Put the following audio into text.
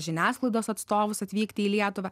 žiniasklaidos atstovus atvykti į lietuvą